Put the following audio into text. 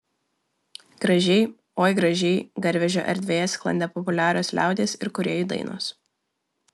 gražiai oi gražiai garvežio erdvėje sklandė populiarios liaudies ir kūrėjų dainos